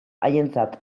haientzat